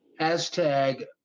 hashtag